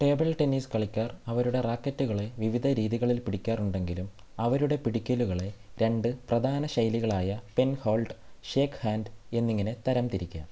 table tennis കളിക്കാർ അവരുടെ റാക്കറ്റുകളെ വിവിധ രീതികളിൽ പിടിക്കാറുണ്ടെങ്കിലും അവരുടെ പിടിക്കലുകളെ രണ്ട് പ്രധാന ശൈലികളായ പെൻഹോൾഡ് ഷേക്ക്ഹാൻഡ് എന്നിങ്ങനെ തരം തിരിക്കാം